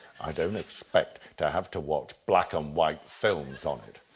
i don't expect to have to watch black-and-white films on it.